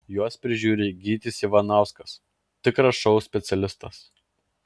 juos prižiūri gytis ivanauskas tikras šou specialistas